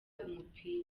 umupira